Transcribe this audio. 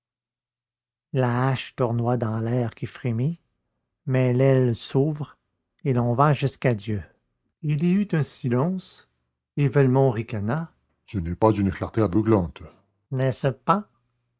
tournoie dans l'air qui frémit mais l'aile s'ouvre et l'on va jusqu'à dieu il y eut un silence et velmont ricana ce n'est pas d'une clarté aveuglante n'est-ce pas